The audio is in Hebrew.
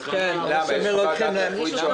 לוקחים להם.